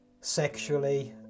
sexually